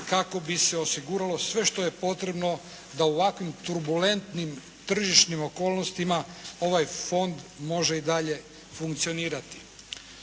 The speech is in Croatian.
kako bi se osiguralo sve što je potrebno da u ovakvim turbulentnim tržišnim okolnostima ovaj Fond može i dalje funkcionirati.